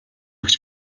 өгч